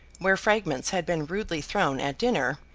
where fragments had been rudely thrown at dinner,